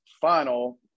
final